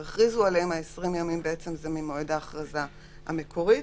20 הימים הם ממועד ההכרזה המקורית.